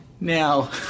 Now